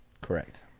Correct